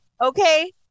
okay